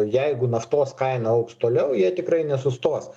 jeigu naftos kaina augs toliau jie tikrai nesustos